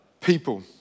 people